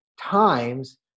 times